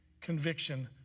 conviction